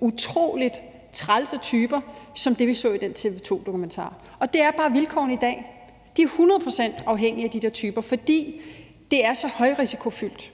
utrolig trælse typer som dem, vi så i den TV 2-dokumentar. Det er bare vilkårene i dag. De er hundrede procent afhængige af de der typer, fordi det er så højrisikofyldt